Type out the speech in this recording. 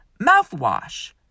mouthwash